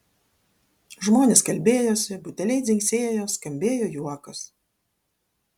žmonės kalbėjosi buteliai dzingsėjo skambėjo juokas